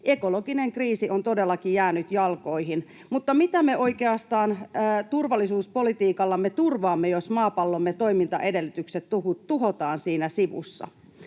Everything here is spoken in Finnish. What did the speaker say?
ekologinen kriisi on todellakin jäänyt jalkoihin, mutta mitä me oikeastaan turvallisuuspolitiikallamme turvaamme, jos maapallomme toimintaedellytykset tuhotaan siinä sivussa?